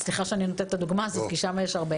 סליחה שאני נותנת את הדוגמה הזאת כי שם יש הרבה